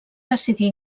decidir